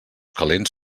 calents